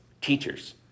teachers